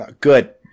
Good